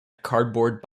cardboard